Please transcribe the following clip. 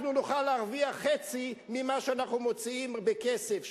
אנחנו נוכל להרוויח חצי ממה שאנחנו מוציאים בכסף,